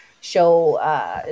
show